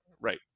right